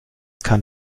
kann